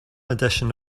edition